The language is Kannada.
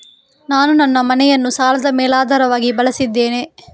ನಾನು ನನ್ನ ಮನೆಯನ್ನು ಸಾಲದ ಮೇಲಾಧಾರವಾಗಿ ಬಳಸಿದ್ದೇನೆ